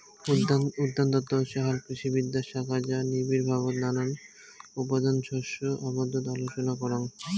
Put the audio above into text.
উদ্যানতত্ত্ব হসে হালকৃষিবিদ্যার শাখা যা নিবিড়ভাবত নানান উদ্যান শস্য আবাদত আলোচনা করাং